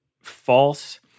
false